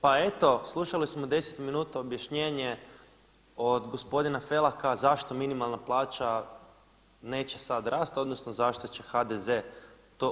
Pa eto, slušali smo deset minuta objašnjenje od gospodina Felaka zašto minimalna plaća neće sad rast, odnosno zašto će HDZ to